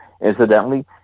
incidentally